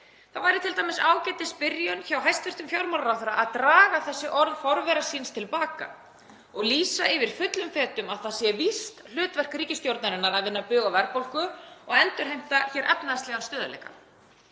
Það væri t.d. ágætisbyrjun hjá hæstv. fjármálaráðherra að draga þessi orð forvera síns til baka og lýsa því yfir fullum fetum að það sé víst hlutverk ríkisstjórnarinnar að vinna bug á verðbólgu og endurheimta hér efnahagslegan stöðugleika.